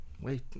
wait